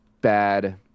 bad